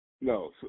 no